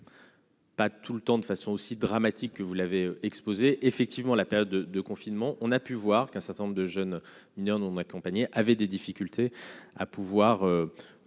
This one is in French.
Pas tout le temps de façon aussi dramatique que vous l'avez exposé effectivement la période de confinement, on a pu voir qu'un certain nombre de jeunes mineurs non accompagnés avaient des difficultés à pouvoir